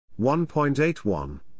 1.81